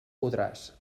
podràs